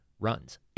runs